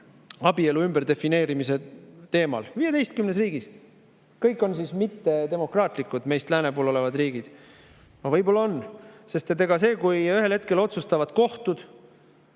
abielu ümberdefineerimise teemal. 15 riigis! Kõik need on siis mittedemokraatlikud meist lääne pool olevad riigid. No võib-olla ongi, sest see, kui ühel hetkel otsustavad kohtud,